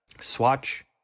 swatch